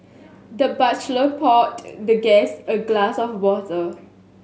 the butler poured the guest a glass of water